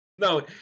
No